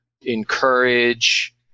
encourage